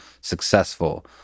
successful